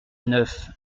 neuf